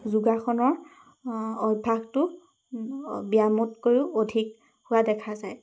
যোগাসনৰ অভ্যাসটো ব্যায়ামতকৈয়ো অধিক হোৱা দেখা যায়